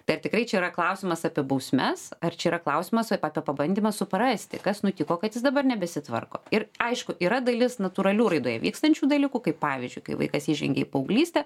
tai ar tikrai čia yra klausimas apie bausmes ar čia yra klausimas apie pabandymą suprasti kas nutiko kad jis dabar nebesitvarko ir aišku yra dalis natūralių raidoje vykstančių dalykų kaip pavyzdžiui kai vaikas įžengia į paauglystę